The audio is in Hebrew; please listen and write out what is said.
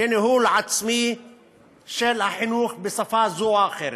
לניהול עצמי של החינוך בשפה זו או אחרת.